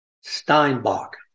Steinbach